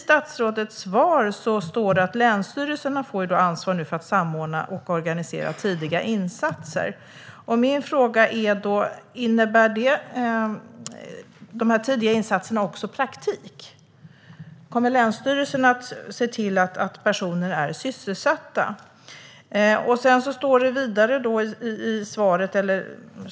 Statsrådet säger i sitt svar att länsstyrelserna får ansvaret för att samordna och organisera tidiga insatser. Innebär dessa tidiga insatser också praktik? Kommer länsstyrelserna att se till att personer är sysselsatta?